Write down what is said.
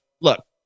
look